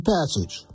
Passage